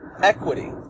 equity